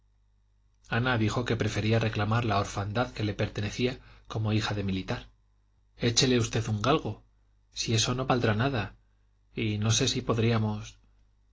ana dijo que prefería reclamar la orfandad que le pertenecía como hija de militar échele usted un galgo si eso no valdrá nada y no sé si podríamos